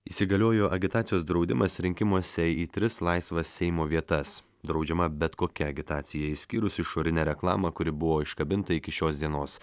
įsigaliojo agitacijos draudimas rinkimuose į tris laisvas seimo vietas draudžiama bet kokia agitacija išskyrus išorinę reklamą kuri buvo iškabinta iki šios dienos